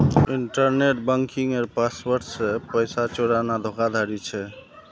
internet बन्किंगेर password से पैसा चुराना धोकाधाड़ी छे